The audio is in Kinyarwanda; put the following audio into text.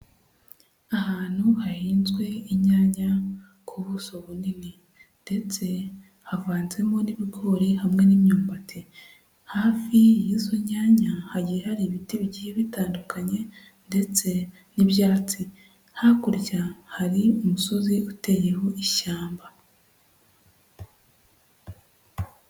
Ahantu hahinzwe inyanya ku buso bunini ndetse havanzemo n'ibigori hamwe n'imyumbati, hafi y'izo nyanya hagiye hari ibiti bigiye bitandukanye ndetse n'ibyatsi, hakurya hari umusozi uteyeho ishyamba.